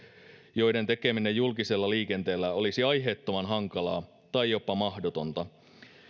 joiden tekeminen julkisella liikenteellä olisi aiheettoman hankalaa tai jopa mahdotonta